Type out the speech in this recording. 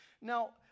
Now